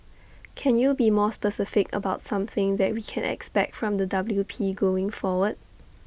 can you be more specific about something that we can expect from the W P going forward